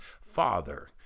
father